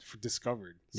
discovered